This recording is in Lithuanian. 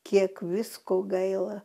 kiek visko gaila